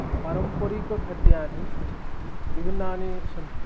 पारम्परिकखाद्यानि विभिन्नानि सन्ति